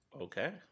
Okay